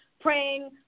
praying